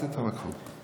תתווכחו.